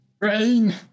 rain